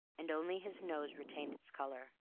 and only his nose retained its color.